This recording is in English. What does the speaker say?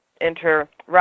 interrupt